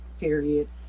period